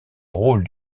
rôle